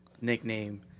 nickname